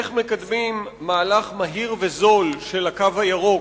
איך מקדמים מהלך מהיר וזול של "הקו הירוק",